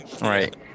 Right